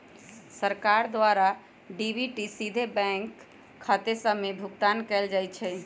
सरकार द्वारा डी.बी.टी सीधे बैंक खते सभ में भुगतान कयल जाइ छइ